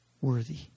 worthy